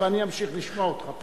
ואני אמשיך לשמוע אותך פה.